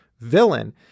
villain